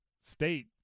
state